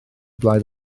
blaid